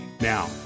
Now